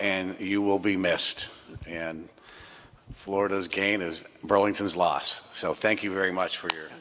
and you will be missed and florida's game is burlington is lost so thank you very much for your